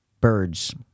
Birds